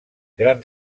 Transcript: gran